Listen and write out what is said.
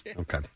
Okay